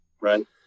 Right